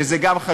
וגם זה חשוב.